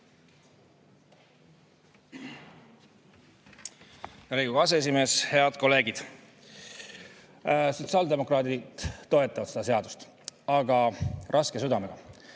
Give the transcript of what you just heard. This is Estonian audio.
Riigikogu aseesimees! Head kolleegid! Sotsiaaldemokraadid toetavad seda seadust, aga raske südamega,